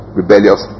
rebellious